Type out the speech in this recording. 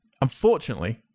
Unfortunately